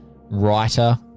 writer